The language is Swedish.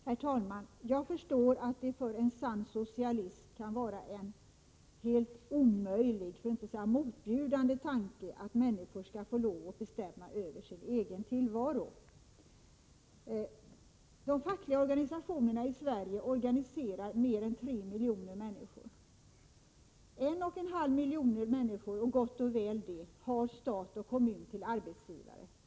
Herr talman! Jag förstår att det för en sann socialist kan vara en helt omöjlig, för att inte säga motbjudande tanke att människor skall få lov att bestämma över sin egen tillvaro. De fackliga organisationerna i Sverige organiserar mer än tre miljoner människor. En och en halv miljon människor och gott och väl det har stat och kommun till arbetsgivare.